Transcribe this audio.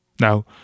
Now